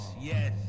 yes